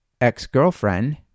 ex-girlfriend